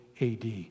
AD